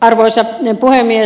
arvoisa puhemies